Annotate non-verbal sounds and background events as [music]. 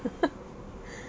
[laughs]